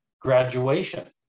Graduation